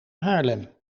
haarlem